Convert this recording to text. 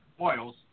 oils